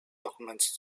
documents